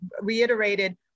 reiterated